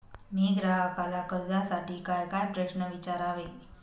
मी ग्राहकाला कर्जासाठी कायकाय प्रश्न विचारावे?